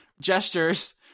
Gestures